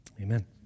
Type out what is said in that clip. Amen